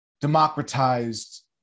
democratized